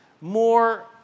more